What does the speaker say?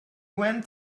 went